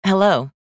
Hello